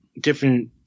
different